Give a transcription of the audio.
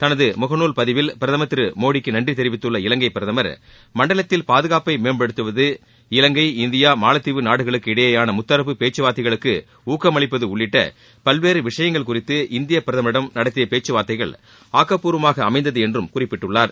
தனது முகநூல் பதிவில் பிரதமர் திரு மோடிக்கு நன்றி தெரிவித்துள்ள இலங்கை பிரதமர் மண்டலத்தில் பாதுகாப்பை மேம்படுத்துவது இலங்கை இந்தியா மாலத்தீவு நாடுகளுக்கு இடையேயான முத்தரப்பு பேச்சுவார்த்தைகளுக்கு ஊக்கமளிப்பது உள்ளிட்ட பல்வேறு விஷயங்கள் குறித்து இந்திய பிரதமரிடம் நடத்திய பேச்சுவார்த்தைகள் ஆக்கப்பூர்வமாக அமைந்தது என்றும் குறிப்பிட்டுள்ளார்